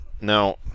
Now